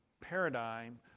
paradigm